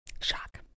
Shock